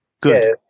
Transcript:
Good